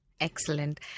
Excellent